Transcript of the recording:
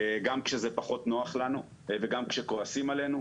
גם כשזה פחות נוח לנו וגם כשכועסים עלינו.